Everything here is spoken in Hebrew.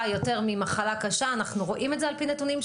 גם אצלנו כממשלה אנחנו עובדים בצורה מסודרת.